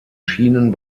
schienen